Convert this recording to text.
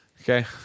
Okay